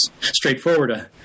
straightforward